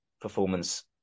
performance